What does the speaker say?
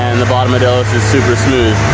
and the bottom of delos is super smooth.